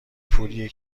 پولیه